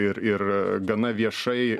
ir ir gana viešai